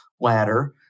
ladder